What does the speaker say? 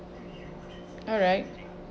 alright